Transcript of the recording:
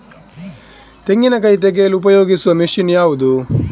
ತೆಂಗಿನಕಾಯಿ ತೆಗೆಯಲು ಉಪಯೋಗಿಸುವ ಮಷೀನ್ ಯಾವುದು?